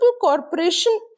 corporation